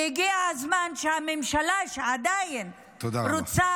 הגיע הזמן שהממשלה, שעדיין רוצה, תודה רבה.